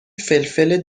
فلفل